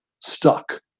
stuck